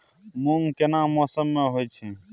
मूंग केना मौसम में होय छै?